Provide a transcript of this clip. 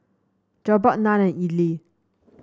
Jokbal Naan and Idili